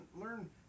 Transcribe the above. learn